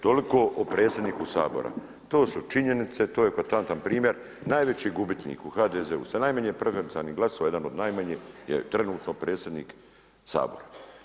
Toliko o predsjedniku Sabora, to su činjenice, to je eklatantan primjer, najveći gubitnik u HDZ-u sa najmanje preferencijalnih glasova jedan od najmanje je trenutno predsjednik Sabora.